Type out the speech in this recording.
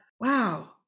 wow